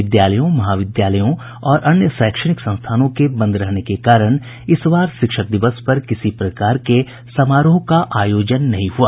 विद्यालयों महाविद्यालयों और अन्य शैक्षणिक संस्थानों के बंद रहने के कारण इस बार शिक्षक दिवस पर किसी प्रकार के समारोह का आयोजन नहीं हुआ